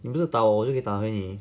你没有打我就会打给你